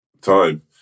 time